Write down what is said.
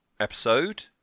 episode